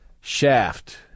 Shaft